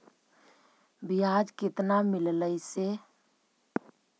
बियाज केतना मिललय से?